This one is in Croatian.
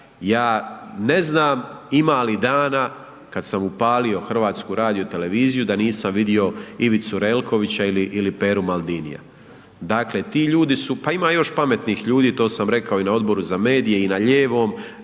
Ja ne znam ima li dana kad sam upalio HRT da nisam vidio Ivicu Relkovića ili, ili Peru Maldinija, dakle ti ljudi su, pa ima još pametnih ljudi, to sam rekao i na Odboru za medije i na ljevom